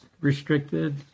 restricted